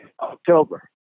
October